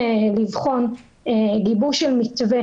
הצוות ביקש להמליץ מתווה